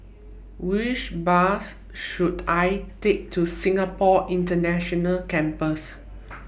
Which Bus should I Take to Singapore International Campus